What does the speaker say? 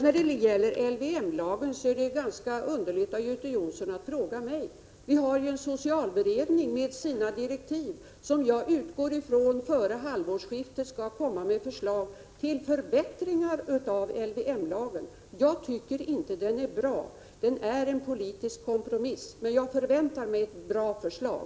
När det gäller LVM-lagen är det underligt att Göte Jonsson frågar mig. Vi har en socialberedning som har fått direktiv för sitt arbete, och jag utgår från att den före halvårsskiftet skall lägga fram förslag till förbättringar av LVM-lagen. Jag tycker inte den är bra — den är en politisk kompromiss — men jag förväntar mig ett bra förslag.